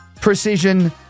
precision